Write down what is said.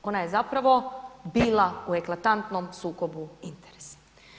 Ona je zapravo bila u eklatantnom sukobu interesa.